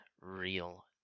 Real